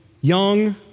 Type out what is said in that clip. Young